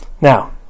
Now